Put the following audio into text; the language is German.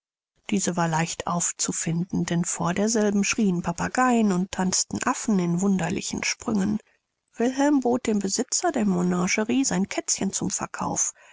diese war leicht aufzufinden denn vor derselben schrien papageien und tanzten affen in wunderlichen sprüngen wilhelm bot dem besitzer der menagerie sein kätzchen zum verkauf